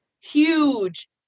huge